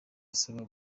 asaba